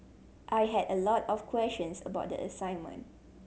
I had a lot of questions about the assignment